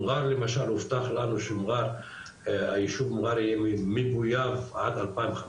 מע'אר למשל הובטח לנו שהיישוב מע'אר יהיה מבויב עד 2015,